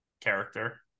character